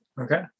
Okay